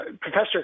Professor